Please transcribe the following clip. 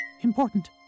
important